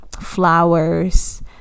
flowers